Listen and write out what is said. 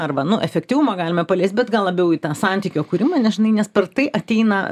arba nu efektyvumą galime paliest bet gal labiau į tą santykio kūrimą nes žinai nes per tai ateina